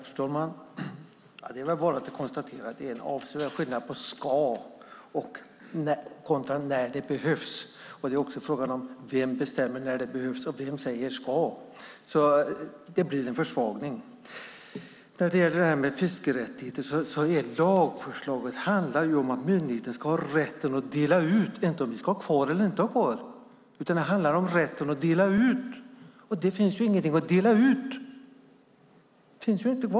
Fru talman! Det är väl bara att konstatera att det är en avsevärd skillnad på "ska" kontra "när det behövs". Frågan är också vem som bestämmer när det behövs och vem som säger "ska", så det blir en försvagning. När det gäller detta med fiskerättigheter handlar lagförslaget om att myndigheten ska ha rätten att dela ut fiskerättigheter. Det handlar inte om ifall vi ska ha kvar eller inte ha kvar fiskerättigheter, utan det handlar om rätten att dela ut fiskerättigheter. Men det finns ju ingenting att dela ut.